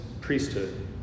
priesthood